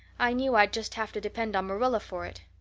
i knew i'd just have to depend on marilla for it.